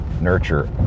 nurture